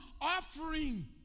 offering